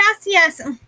Gracias